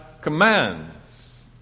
commands